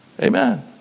Amen